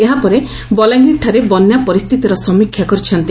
ଏହାପରେ ବଲାଙ୍ଗୀରଠାରେ ବନ୍ୟା ପରିସ୍ତିତିର ସମୀକ୍ଷା କରିଥିଲେ